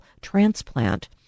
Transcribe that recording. transplant